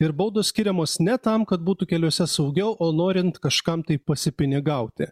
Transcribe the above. ir baudos skiriamos ne tam kad būtų keliuose saugiau o norint kažkam tai pasipinigauti